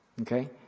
Okay